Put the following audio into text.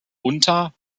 unter